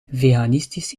veganistisch